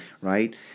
right